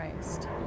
Christ